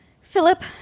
Philip